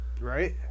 Right